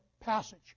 passage